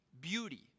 beauty